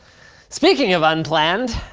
speaking of unplanned,